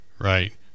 Right